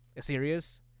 serious